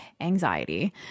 anxiety